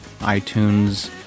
iTunes